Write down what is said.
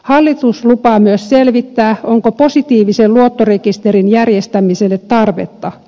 hallitus lupaa myös selvittää onko positiivisen luottorekisterin järjestämiselle tarvetta